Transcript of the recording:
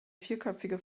vierköpfige